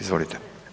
Izvolite.